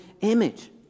image